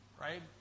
right